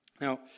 Now